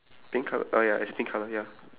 pink colour ah ya it's pink colour ya